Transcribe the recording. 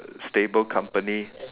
stable company